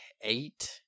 eight